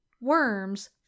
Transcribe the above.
worms